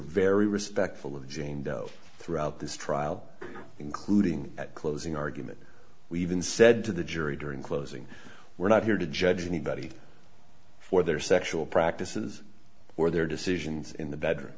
very respectful of jane doe throughout this trial including at closing arguments we even said to the jury during closing we're not here to judge anybody for their sexual practices or their decisions in the bedroom